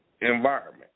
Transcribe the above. environment